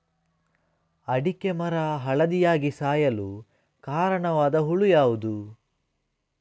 ಅಡಿಕೆ ಮರ ಹಳದಿಯಾಗಿ ಸಾಯಲು ಕಾರಣವಾದ ಹುಳು ಯಾವುದು?